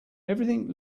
everything